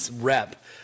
rep